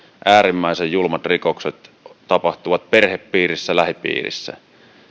äärimmäisen julmat rikokset tapahtuvat perhepiirissä lähipiirissä